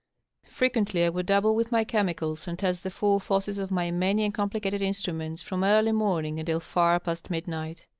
frequently i would dab ble with my chemicals, and test the full forces of my many and compli cated instruments, from early morning until fer past midnight.